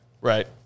right